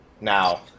Now